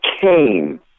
came